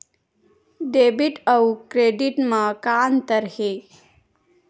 Debit अउ credit म का अंतर हे?